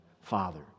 father